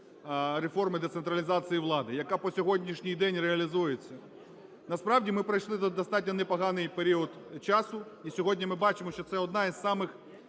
реформи децентралізації влади, яка по сьогоднішній день реалізується. Насправді ми пройшли достатньо непоганий період часу і сьогодні ми бачимо, що це одна із самих